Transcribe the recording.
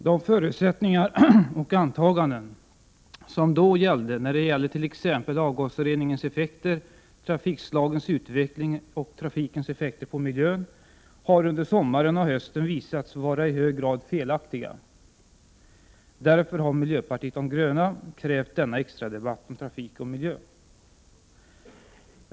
De förutsättningar och antaganden som då gällde för t.ex. avgasreningens effekter, trafikslagens utveckling och trafikens effekter på miljön har under sommaren och hösten visats vara i hög grad felaktiga. Därför har miljöpartiet de gröna krävt denna extradebatt om trafik och miljö.